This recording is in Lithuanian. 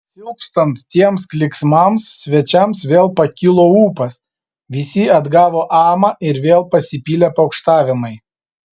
silpstant tiems klyksmams svečiams vėl pakilo ūpas visi atgavo amą ir vėl pasipylė pokštavimai